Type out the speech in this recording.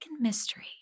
mystery